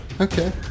Okay